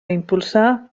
impulsar